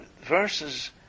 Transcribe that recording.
verses